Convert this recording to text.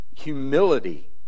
humility